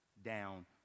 down